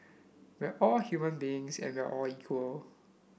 we're all human beings and we are all equal